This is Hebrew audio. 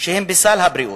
שהם בסל הבריאות.